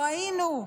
לא היינו.